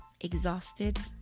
exhausted